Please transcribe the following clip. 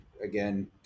again